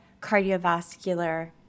cardiovascular